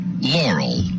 Laurel